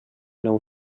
nou